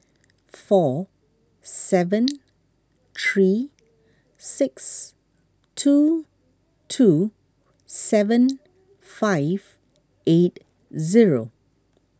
four seven three six two two seven five eight zero